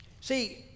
See